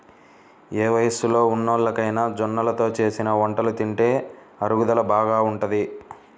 ఏ వయస్సులో ఉన్నోల్లకైనా జొన్నలతో చేసిన వంటలు తింటే అరుగుదల బాగా ఉంటది